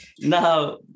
now